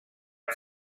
and